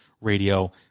radio